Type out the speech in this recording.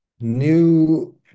new